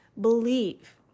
believe